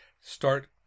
start